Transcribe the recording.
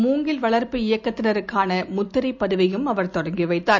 மூங்கில் வளர்ப்பு இயக்கத்தினருக்கான முத்திரை பதிவையும் அவர் இன்று தொடங்கி வைத்தார்